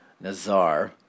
Nazar